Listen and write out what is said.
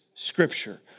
scripture